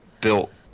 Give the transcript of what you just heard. built